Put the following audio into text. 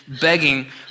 begging